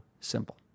simple